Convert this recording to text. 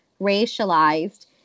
racialized